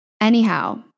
anyhow